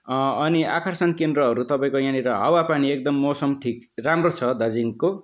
अनि आकर्षण केन्द्रहरू तपाईँको यहाँनिर हावा पानी एकदम मौसम ठिक राम्रो छ दार्जिलिङको